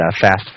fast